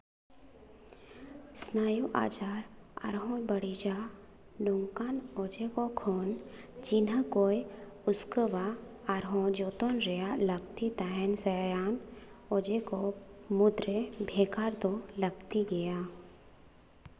ᱥᱱᱟᱭᱩ ᱟᱡᱟᱨ ᱟᱨᱦᱚᱸᱭ ᱵᱟᱹᱲᱤᱡᱟ ᱱᱚᱝᱠᱟᱱ ᱚᱡᱮ ᱠᱚ ᱠᱷᱚᱱ ᱪᱤᱱᱦᱟᱹ ᱠᱚᱭ ᱩᱥᱠᱟᱹᱣᱟ ᱟᱨᱦᱚᱸ ᱡᱚᱛᱚᱱ ᱨᱮᱭᱟᱜ ᱞᱟᱹᱠᱛᱤ ᱛᱟᱦᱮᱱ ᱥᱟᱹᱭᱟᱹᱭᱟᱱ ᱚᱡᱮ ᱠᱚ ᱢᱩᱫᱽᱨᱮ ᱵᱷᱮᱜᱟᱨ ᱫᱚ ᱞᱟᱹᱠᱛᱤ ᱜᱮᱭᱟ